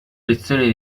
lezioni